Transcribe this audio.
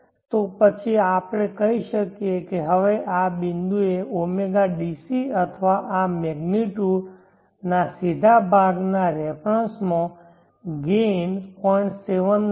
તો પછી આપણે કહી શકીએ કે હવે આ બિંદુએ ω DC અથવા આ મેગ્નીટ્યૂડ ના સીધા ભાગ ના રેફરન્સ માં ગેઇન 0